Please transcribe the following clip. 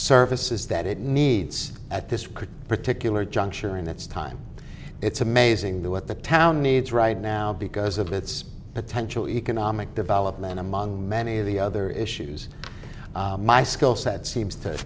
services that it needs at this particular juncture and it's time it's amazing the what the town needs right now because of its potential economic development among many of the other issues my skill set seems to